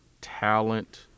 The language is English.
talent